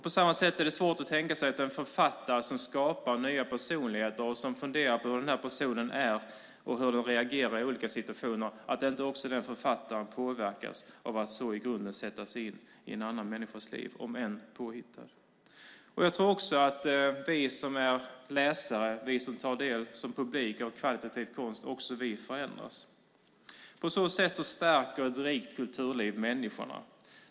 På samma sätt är det svårt att tänka sig att en författare som skapar nya personligheter och som funderar på hur dessa personer är och reagerar i olika situationer inte påverkas av att så i grunden sätta sig in i en annan, om än påhittad, människas liv. Jag tror att också vi läsare och vi som tar del av kvalitativ konst som publik förändras. På samma sätt stärker ett rikt kulturliv människorna.